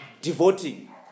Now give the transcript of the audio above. Devoting